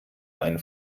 ein